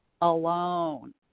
alone